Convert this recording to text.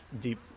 deep